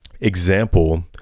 example